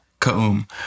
Ka'um